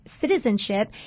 citizenship